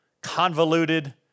convoluted